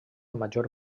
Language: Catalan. major